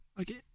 okay